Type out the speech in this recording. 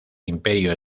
imperio